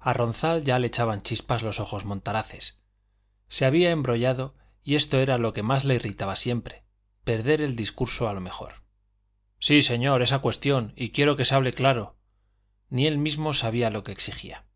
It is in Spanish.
a ronzal ya le echaban chispas los ojos montaraces se había embrollado y esto era lo que más le irritaba siempre perder el discurso a lo mejor sí señor esa cuestión y quiero que se hable claro ni él mismo sabía lo que exigía